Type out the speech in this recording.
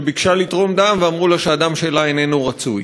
שביקשה לתרום דם ואמרו לה שהדם שלה איננו רצוי.